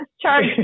charge